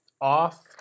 off